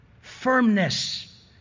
firmness